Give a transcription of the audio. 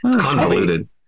convoluted